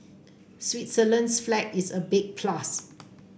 Switzerland's flag is a big plus